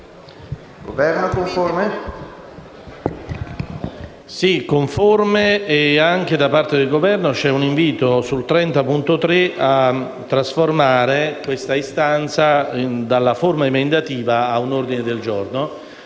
del Governo è conforme